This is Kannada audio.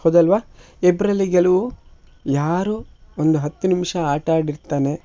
ಹೌದಲ್ವಾ ಇಬ್ಬರಲ್ಲಿ ಗೆಲುವು ಯಾರು ಒಂದು ಹತ್ತು ನಿಮಿಷ ಆಟಾಡಿರ್ತಾನೆ